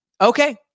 okay